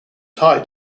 tie